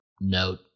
note